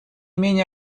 менее